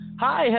Hi